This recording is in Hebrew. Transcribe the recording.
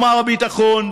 מר ביטחון.